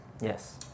Yes